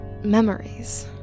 memories